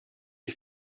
ich